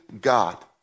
God